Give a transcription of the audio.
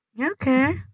okay